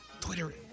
Twitter